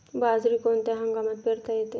बाजरी कोणत्या हंगामात पेरता येते?